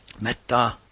metta